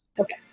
Okay